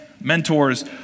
mentors